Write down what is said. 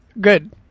Good